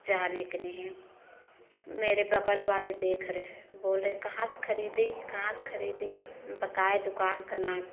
जाने का नहीं है मेरे बगल वाले देख रहे हैं बोल रहें कहाँ से खरीदी कहाँ से खरीदी बताए दुकान का नाम